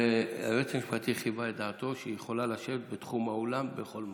היועץ המשפטי חיווה את דעתו שהיא יכולה לשבת בתחום האולם בכל מקום.